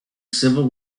civil